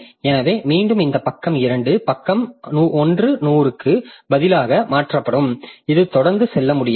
எனவே மீண்டும் இந்த பக்கம் 2 பக்கம் 1 100 க்கு பதிலாக மாற்றப்படும் இது தொடர்ந்து செல்ல முடியாது